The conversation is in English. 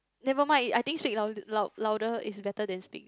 never mind I think speak loud loud louder is better than speak